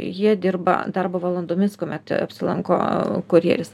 jie dirba darbo valandomis kuomet apsilanko kurjeris